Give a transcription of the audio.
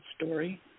story